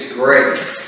grace